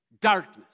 Darkness